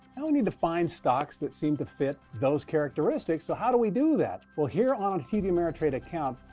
and we need to find stocks that seem to fit those characteristics. so how do we do that? well, here on a td ameritrade account,